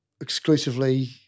Exclusively